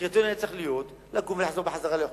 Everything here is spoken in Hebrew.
הקריטריון היה צריך להיות: לקום ולחזור לחוץ-לארץ.